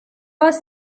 bus